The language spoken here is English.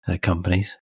companies